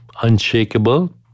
unshakable